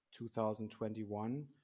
2021